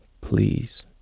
please